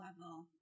level